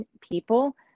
people